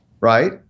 Right